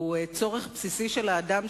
הוא צורך בסיסי של האדם,